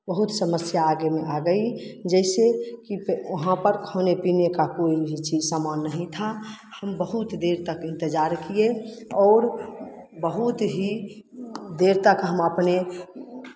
बहुत समस्या आगे आ गई जैसे कि वहाँ पर खाने पीने का कोई भी चीज़ सामान नहीं था हम बहुत देर तक इंतज़ार किए और बहुत ही देर तक हम अपने